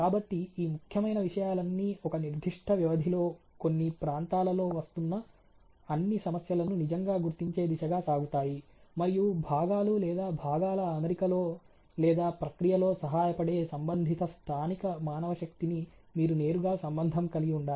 కాబట్టి ఈ ముఖ్యమైన విషయాలన్నీ ఒక నిర్దిష్ట వ్యవధిలో కొన్ని ప్రాంతాలలో వస్తున్న అన్ని సమస్యలను నిజంగా గుర్తించే దిశగా సాగుతాయి మరియు భాగాలు లేదా భాగాల అమరికలో లేదా ప్రక్రియలో సహాయపడే సంబంధిత స్థానిక మానవశక్తిని మీరు నేరుగా సంబంధం కలిగి ఉండాలి